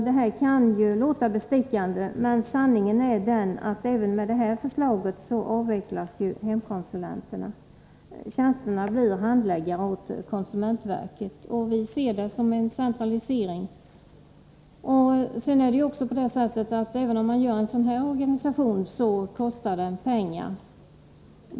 Det här kan ju låta bestickande, men sanningen är den att även med detta förslag avvecklas hemkonsulenterna. Det blir tjänster som handläggare på konsumentverket, och vi ser det som en centralisering. Även en sådan organisation kostar pengar.